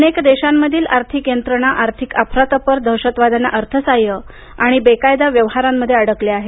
अनेक देशांमधील आर्थिक यंत्रणा आर्थिक अफरातफर दहशतवाद्यांना अर्थसहाय्य आणि आर्थिक गैर व्यवहारांमध्ये अडकल्या आहेत